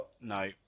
No